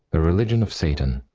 a religion of satan,